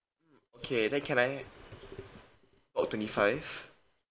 okay then can I oh twenty five